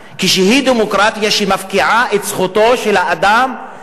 כשזו דמוקרטיה שמפקיעה את זכויותיו הבסיסיות של האדם?